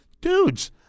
dudes